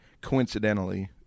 coincidentally